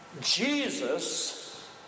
Jesus